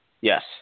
Yes